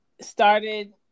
started